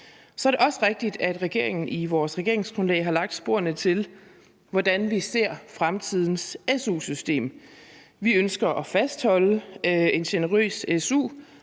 Så er det også rigtigt, at regeringen i vores regeringsgrundlag har lagt sporene til, hvordan vi ser fremtidens su-system. Vi ønsker at fastholde en generøs su,